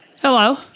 Hello